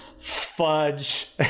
fudge